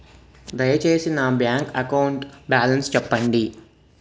దయచేసి నా bank account balance చెప్పండి